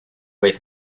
vez